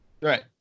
Right